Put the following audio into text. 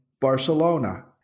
Barcelona